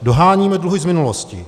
Doháníme dluhy z minulosti.